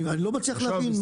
אני לא מצליח להבין מה.